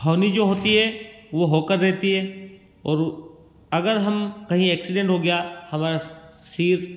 होनी जो होती है वो होकर रहती है और अगर हम कहीं एक्सीडेंट हो गया हमारा सिर